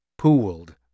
pooled